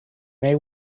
may